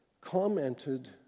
commented